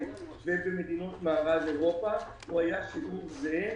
ובמדינות מערב אירופה היה שיעור זהה,